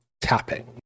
tapping